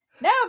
No